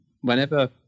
whenever